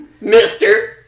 mister